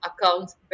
accounts